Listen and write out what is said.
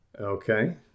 Okay